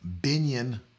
Binion